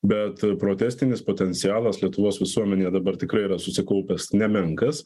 bet protestinis potencialas lietuvos visuomenėje dabar tikrai yra susikaupęs nemenkas